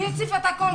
היא הציפה את הכול,